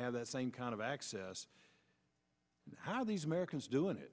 have that same kind of access how these americans do it